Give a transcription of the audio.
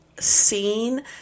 seen